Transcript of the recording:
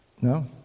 No